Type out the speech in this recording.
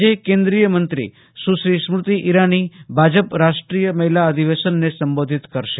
આજે કેન્દ્રીયમંત્રી સુશ્રી સ્મૃતિ ઈરાની ભાજપ રાષ્ટ્રીય મહિલા અધિવેશનને સંબોધિ કરશે